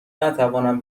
نتوانم